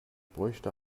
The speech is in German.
bräuchte